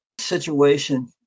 situation